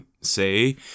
say